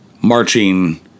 marching